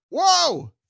Whoa